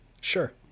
Sure